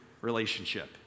relationship